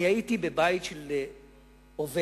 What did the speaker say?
הייתי בבית של עובד,